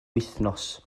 wythnos